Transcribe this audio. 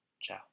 Ciao